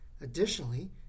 Additionally